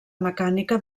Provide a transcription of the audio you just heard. mecànica